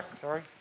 sorry